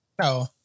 No